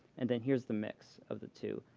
and then here's the mix of the two.